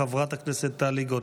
חברת הכנסת טלי גוטליב.